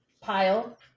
pile